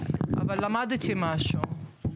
אבל למדתי משהו,